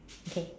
okay